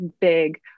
big